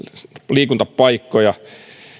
liikuntapaikkoja